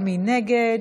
מי נגד?